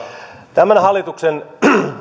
tämän hallituksen